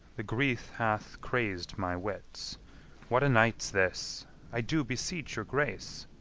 the grief hath craz'd my wits what a night's this i do beseech your grace